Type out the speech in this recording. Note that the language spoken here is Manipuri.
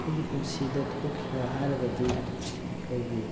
ꯑꯩꯒꯤ ꯄꯨꯟꯁꯤꯗ ꯊꯣꯛꯈꯤꯕ ꯍꯥꯏꯔꯒꯗꯤ ꯑꯩꯈꯣꯏꯒꯤ